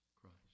Christ